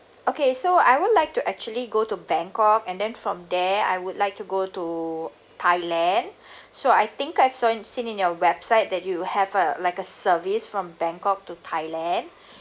okay so I would like to actually go to bangkok and then from there I would like to go to thailand so I think I've se~ seen in your website that you have a like a service from bangkok to thailand